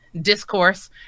discourse